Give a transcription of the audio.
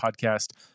podcast